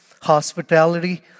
hospitality